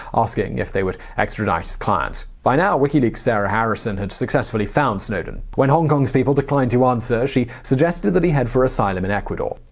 asking if they would extradite his client. by now, wikileaks' sarah harrison had successfully found snowden. when hong kong's people declined to answer, she suggested he head for asylum in ecuador.